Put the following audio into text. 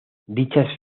dichas